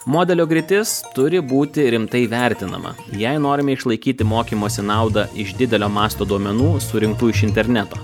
modelio griūtis turi būti rimtai vertinama jei norime išlaikyti mokymosi naudą iš didelio masto duomenų surinktų iš interneto